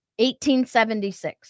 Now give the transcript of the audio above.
1876